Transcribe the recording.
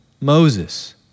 Moses